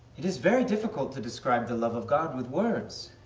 it is very difficult to describe the love of god with words.